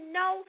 no